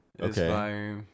okay